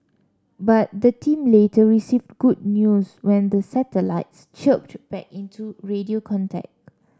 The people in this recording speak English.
but the team later received good news when the satellites chirped back into radio contact